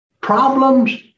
problems